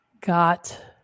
got